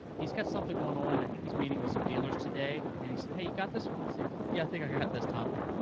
he's got something going on. i think he's meeting with some dealers today, and he said, hey, you got this one? i said, yeah, i think i got this topic.